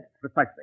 precisely